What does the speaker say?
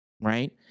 right